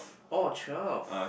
oh twelve